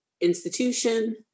institution